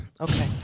Okay